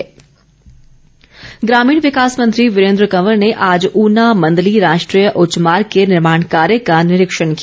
वीरेन्द्र कंवर ग्रामीण विकास मंत्री वीरेन्द्र कंवर ने आज ऊना मंदली राष्ट्रीय उच्च मार्ग के निर्माण कार्य का निरीक्षण किया